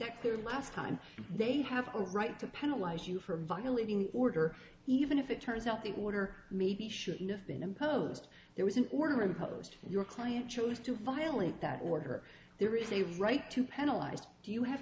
that clear last time they have a right to penalize you for violating the order even if it turns out the water maybe sure enough been imposed there was an order imposed your client chose to violate that order there is a right to penalize do you have